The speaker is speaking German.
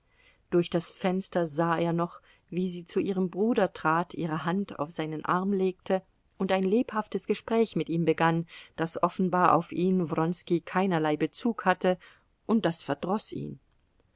durch das fenster sah er noch wie sie zu ihrem bruder trat ihre hand auf seinen arm legte und ein lebhaftes gespräch mit ihm begann das offenbar auf ihn wronski keinerlei bezug hatte und das verdroß ihn